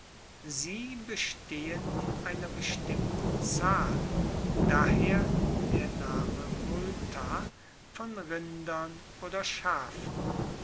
sie bestehen in einer bestimmten zahl daher der name multa von rindern oder schafen